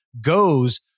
goes